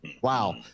Wow